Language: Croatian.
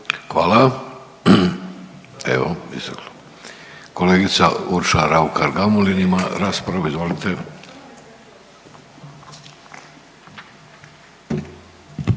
Hvala. Evo isteklo. Kolegica Urša Raukar Gamulin ima raspravu. Izvolite.